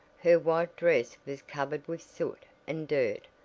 her white dress was covered with soot and dirt.